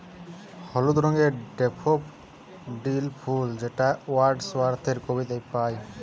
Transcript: হলুদ রঙের ডেফোডিল ফুল যেটা ওয়ার্ডস ওয়ার্থের কবিতায় পাই